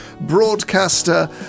broadcaster